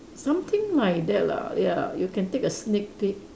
something like that lah ya you can take a sneak peek